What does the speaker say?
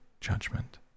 judgment